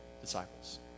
disciples